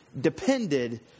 depended